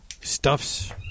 stuffs